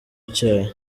icyayi